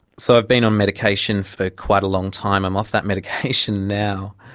so i've been on medication for quite a long time. i'm off that medication now,